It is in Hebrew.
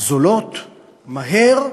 זולות מהר,